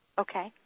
Okay